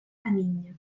каміння